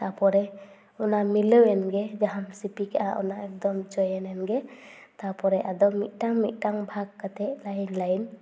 ᱛᱟᱯᱚᱨᱮ ᱚᱱᱟ ᱢᱤᱞᱟᱹᱣᱮᱱ ᱜᱮ ᱡᱟᱦᱟᱢ ᱥᱤᱯᱤ ᱠᱟᱜᱼᱟ ᱚᱱᱟ ᱮᱠᱫᱚᱢ ᱡᱚᱭᱮᱱᱮᱱ ᱜᱮ ᱛᱟᱯᱚᱨᱮ ᱟᱫᱚ ᱢᱤᱫᱴᱟᱝ ᱢᱤᱫᱴᱟᱝ ᱵᱷᱟᱜᱽ ᱠᱟᱛᱮᱫ ᱞᱟᱭᱤᱱ ᱞᱟᱭᱤᱱ